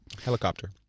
helicopter